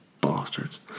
bastards